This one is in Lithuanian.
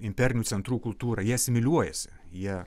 imperinių centrų kultūrą jie asimiliuojasi jie